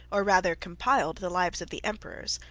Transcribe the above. or rather compiled, the lives of the emperors,